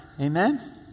Amen